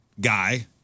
guy